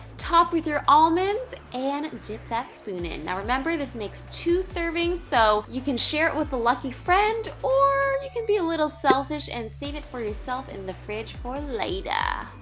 top with your almonds and dip that spoon in. remember this makes two servings so you can share it with a lucky friend. or you can be a little selfish and save it for yourself in the fridge for later.